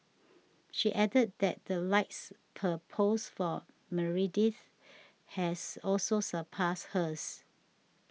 she added that the likes per post for Meredith has also surpassed hers